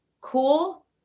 cool